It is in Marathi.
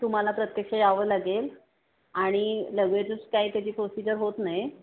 तुम्हाला प्रत्यक्ष यावं लागेल आणि लगेचच काय त्याची प्रोसिजर होत नाही